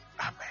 Amen